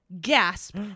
gasp